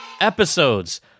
episodes